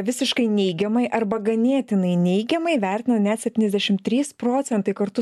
visiškai neigiamai arba ganėtinai neigiamai vertino net septyniasdešim trys procentai kartu